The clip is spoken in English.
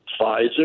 Pfizer